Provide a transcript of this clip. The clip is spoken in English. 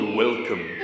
welcome